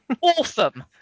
awesome